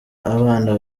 abana